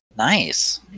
Nice